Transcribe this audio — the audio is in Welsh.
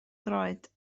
droed